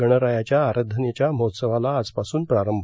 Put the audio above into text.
गणरायाच्या आराधनेच्या महोत्सवाला आजपासून प्रारंभ